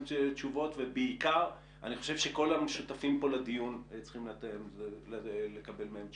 תשובות ובעיקר אני חושב שכל השותפים פה לדיון צריכים לקבל מהם תשובות: